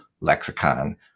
lexicon